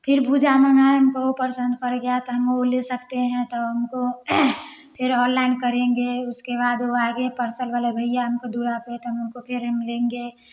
फिर भुजा हमको ओ पसंद पड़ गया तो हम वो ले सकते हैं तो हमको फिर ऑनलाइन करेंगे उसके बाद वो आगे पार्सल वाले भैया हमको दुरा पे तो हम उनको फिर लेंगे